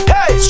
Hey